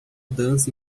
dança